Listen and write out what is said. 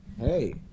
Hey